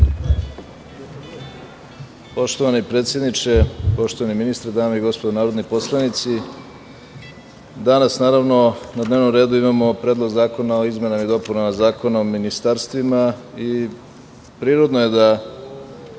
Poštovani predsedniče, poštovani ministre, dame i gospodo narodni poslanici, danas, naravno, na dnevnom redu imamo Predlog zakona o izmenama i dopunama Zakona o ministarstvima i prirodno je da